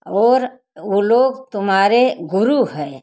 और वो लोग तुम्हारे गुरु हैं